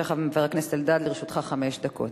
בבקשה, חבר הכנסת אלדד, לרשותך חמש דקות.